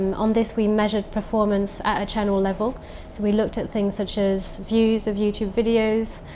um on this we measured performance at a channel level. so we looked at things such as views of youtube videos,